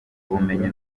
ubumenyi